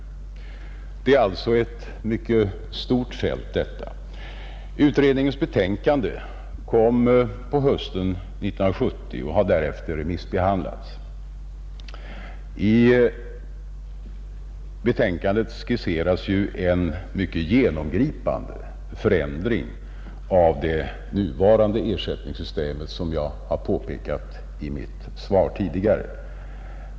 Det gäller alltså ett mycket stort fält. Utredningens betänkande kom på hösten 1970 och har därefter remissbehandlats. I betänkandet skisseras en mycket genomgripande förändring av det nuvarande ersättningssystemet, såsom jag tidigare påpekade i mitt svar.